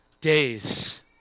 days